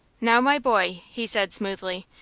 now, my boy, he said, smoothly,